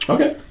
Okay